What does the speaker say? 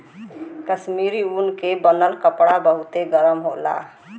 कश्मीरी ऊन से बनल कपड़ा बहुते गरम होला